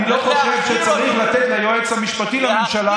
אני לא חושב שצריך לתת ליועץ המשפטי לממשלה,